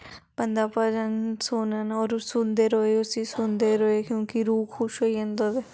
बंदा भजन सुने और सुनदे रोए उस्सी सुनदे रोए क्युंकि रूह् खुश होई जंदा ओह्दे